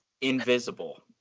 invisible